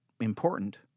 important